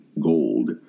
gold